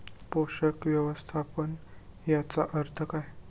पोषक व्यवस्थापन याचा अर्थ काय?